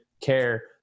care